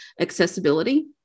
accessibility